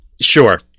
sure